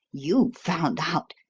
you found out.